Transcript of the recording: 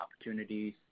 opportunities